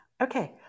okay